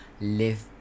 live